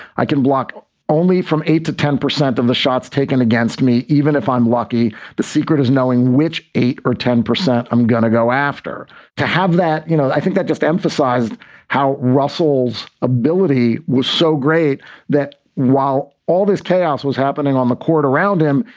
i can block only from eight to ten percent of the shots taken against me, even if i'm lucky. the secret is knowing which eight or ten percent i'm gonna go after to have that, you know, i think that just emphasized how russell's ability was so great that while all this chaos was happening on the court around him,